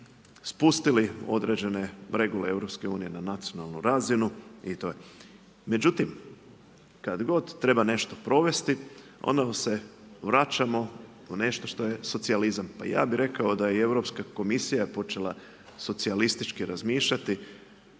spustili određene regule EU na nacionalnu razinu. I to je. Međutim, kad god treba nešto provesti onda se vraćamo u nešto što je socijalizam. Pa ja bih rekao da je i Europska komisija počela socijalistički razmišljati